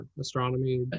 astronomy